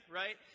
right